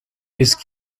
ist